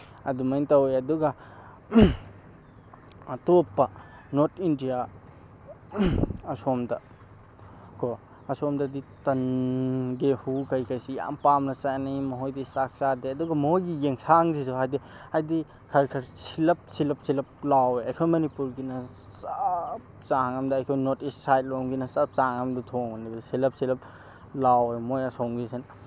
ꯑꯗꯨꯃꯥꯏꯅ ꯇꯧꯏ ꯑꯗꯨꯒ ꯑꯇꯣꯞꯄ ꯅꯣꯔꯠ ꯏꯟꯗꯤꯌꯥ ꯑꯁꯣꯝꯗ ꯀꯣ ꯑꯁꯣꯝꯗꯗꯤ ꯇꯟ ꯒꯦꯍꯨ ꯀꯩꯀꯩꯁꯤ ꯌꯥꯝ ꯄꯥꯝꯅ ꯆꯥꯅꯩ ꯃꯈꯣꯏꯗꯤ ꯆꯥꯛ ꯆꯥꯗꯦ ꯑꯗꯨꯒ ꯃꯈꯣꯏꯒꯤ ꯌꯦꯟꯁꯥꯡꯁꯤꯁꯨ ꯍꯥꯏꯕꯗꯤ ꯍꯥꯏꯕꯗꯤ ꯈꯔ ꯈꯔ ꯁꯤꯜꯂꯞ ꯁꯤꯜꯂꯞ ꯁꯤꯜꯂꯞ ꯂꯥꯎꯏ ꯑꯩꯈꯣꯏ ꯃꯅꯤꯄꯨꯔꯒꯤꯅ ꯆꯞ ꯆꯥꯡ ꯑꯃꯗ ꯑꯩꯈꯣꯏ ꯅꯣꯔꯠ ꯏꯁ ꯁꯥꯏꯠꯂꯣꯝꯒꯤꯅ ꯆꯞ ꯆꯥꯡ ꯑꯃꯗ ꯊꯣꯡꯕꯅꯤ ꯁꯤꯜꯂꯞ ꯁꯤꯜꯂꯞ ꯂꯧꯏ ꯃꯣꯏ ꯑꯁꯣꯝꯒꯤꯁꯤꯅ